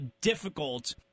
difficult